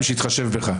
תודה רבה.